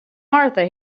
martha